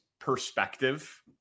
perspective